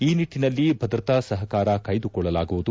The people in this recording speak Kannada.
ಈ ನಿಟ್ಟನಲ್ಲಿ ಭದ್ರತಾ ಸಪಕಾರ ಕಾಯ್ದುಕೊಳ್ಳಲಾಗುವುದು